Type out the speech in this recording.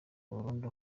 burundu